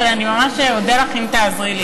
אני ממש אודה לך אם תעזרי לי.